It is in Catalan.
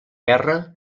guerra